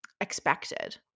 expected